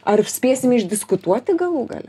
ar spėsim išdiskutuoti galų gale